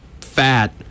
fat